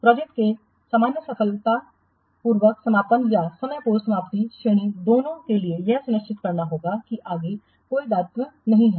project के सामान्य सफल समापन या समय पूर्व समाप्ति श्रेणियों दोनों के लिए यह सुनिश्चित करना होगा कि आगे कोई दायित्व न हो